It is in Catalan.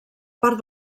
part